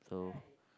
so